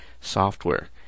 software